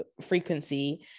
frequency